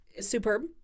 Superb